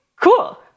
cool